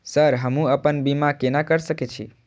Sir हमू अपना बीमा केना कर सके छी?